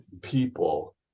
people